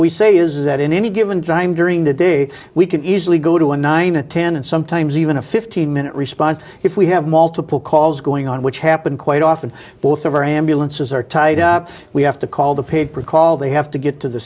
we say is that in any given time during the day we can easily go to a nine and ten and sometimes even a fifteen minute response if we have multiple calls going on which happen quite often both of our ambulances are tied up we have to call the paper call they have to get to the